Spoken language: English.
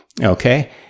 Okay